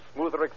smoother